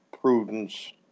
prudence